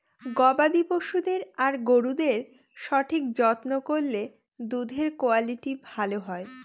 গবাদি পশুদের আর গরুদের সঠিক যত্ন করলে দুধের কুয়ালিটি ভালো হয়